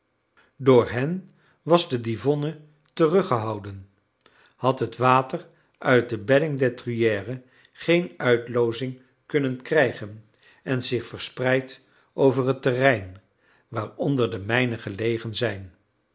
door den was der divonne teruggehouden had het water uit de bedding der truyère geen uitloozing kunnen krijgen en zich verspreid over het terrein waaronder de mijnen gelegen zijn